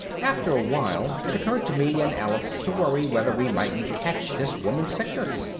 after a while it occurred to me and alice to worry whether we mightn't catch this woman's sickness.